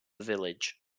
village